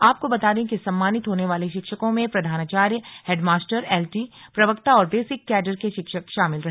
आपको बता दें कि सम्मानित होने वाले शिक्षकों में प्रधानाचार्य हेडमास्टर एलटी प्रवक्ता और बेसिक कैडर के शिक्षक शामिल रहे